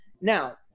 now